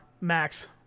Max